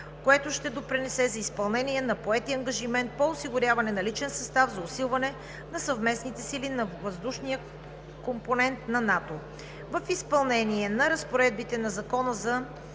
което ще допринесе за изпълнение на поетия ангажимент по осигуряване на личен състав за усилване на Съвместните сили на Въздушния компонент на НАТО. В изпълнение разпоредбите на Закона за